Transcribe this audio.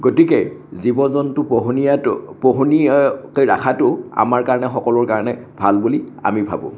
গতিকে জীৱ জন্তু পোহনীয়াতো পোহনীয়াকে ৰখাটো আমাৰ কাৰণে সকলোৰ কাৰণে ভাল বুলি আমি ভাবোঁ